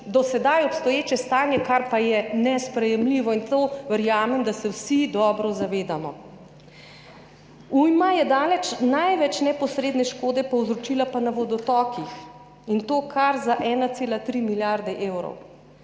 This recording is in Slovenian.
do sedaj obstoječe stanje, kar pa je nesprejemljivo in verjamem, da se tega vsi dobro zavedamo. Ujma je daleč največ neposredne škode povzročila na vodotokih, in to kar za 1,3 milijarde evrov.